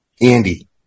Andy